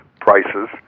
prices